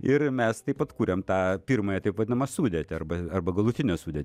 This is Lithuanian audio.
ir mes taip atkūrėm tą pirmąją taip vadinamą sudėtį arba arba galutinę sudėtį